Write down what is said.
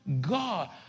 God